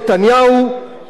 לחופש הביטוי,